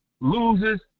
loses